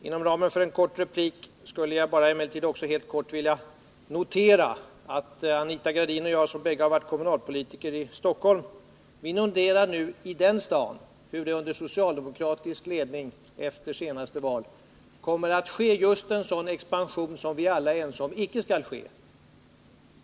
Inom ramen för denna korta replik vill jag också helt kort omtala att Anita Gradin och jag, som båda har varit kommunalpolitiker i Stockholm, nu noterar hur det i denna stad under socialdemokratisk ledning efter det senaste valet kommer att ske just en sådan expansion som vi alla är ense om icke skall ske.